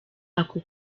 ako